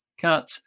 cut